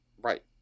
right